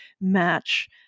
match